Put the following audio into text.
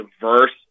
diverse